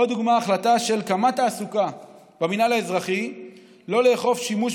עוד דוגמה היא ההחלטה של קמ"ט תעסוקה במינהל האזרחי לא לאכוף שימוש